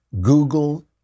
Google